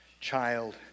child